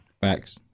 Facts